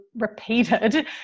repeated